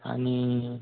आणि